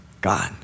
God